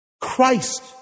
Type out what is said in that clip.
Christ